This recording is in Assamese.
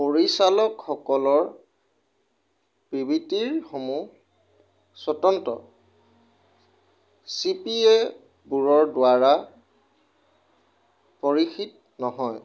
পৰিচালকসকলৰ বিবৃতিৰসমূহ স্বতন্ত্ৰ চি পি এ বোৰৰ দ্বাৰা পৰীক্ষিত নহয়